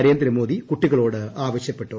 നരോദ്ർമ്യോദി കുട്ടികളോട് ആവശ്യപ്പെട്ടു